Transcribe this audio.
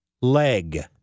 leg